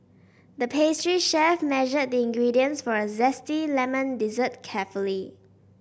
the pastry chef measured the ingredients for a zesty lemon dessert carefully